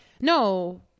No